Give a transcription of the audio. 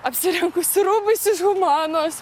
apsirengusi rūbais iš humanos